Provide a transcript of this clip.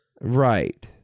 right